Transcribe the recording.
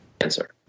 answer